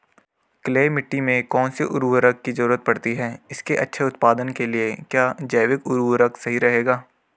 Clay मिट्टी में कौन से उर्वरक की जरूरत पड़ती है इसके अच्छे उत्पादन के लिए क्या जैविक उर्वरक सही रहेगा?